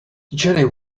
jenny